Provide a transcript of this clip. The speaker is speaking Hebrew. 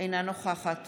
אינה נוכחת